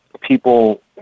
people